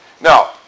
Now